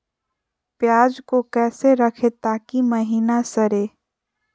प्याज को कैसे रखे ताकि महिना सड़े?